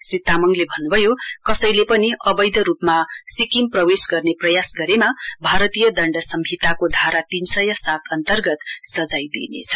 श्री तामङले भन्नुभयो कसैले पनि अवैध रुपमा सिक्किम प्रवेश गर्ने प्रयास गरेमा भारतीय दंड संहिताको धारा तीनसय सात अन्तर्गत सजाय दिइनेछ